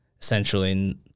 essentially